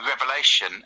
revelation